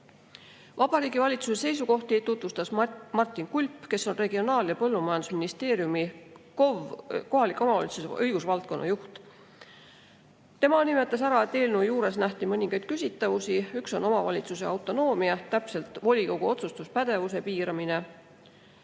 Valitsuse seisukohti tutvustas Martin Kulp, kes on Regionaal- ja Põllumajandusministeeriumi kohalike omavalitsuste poliitika osakonna õigusvaldkonna juht. Tema nimetas ära, et eelnõu juures nähti mõningaid küsitavusi. Üks on omavalitsuse autonoomia, täpsemalt volikogu otsustuspädevuse piiramine.